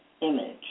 image